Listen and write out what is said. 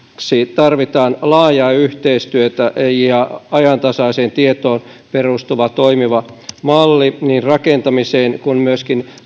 tarvitaan laajaa yhteistyötä ja ajantasaiseen tietoon perustuva toimiva malli niin rakentamiseen kuin myöskin